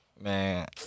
Man